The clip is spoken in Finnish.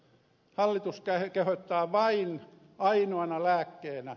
hallitus kehottaa vain ainoana lääkkeenä